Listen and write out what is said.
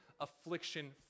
affliction